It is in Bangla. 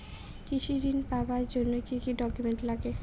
কৃষি ঋণ পাবার জন্যে কি কি ডকুমেন্ট নাগে?